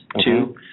Two